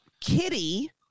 Kitty